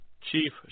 Chief